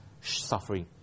suffering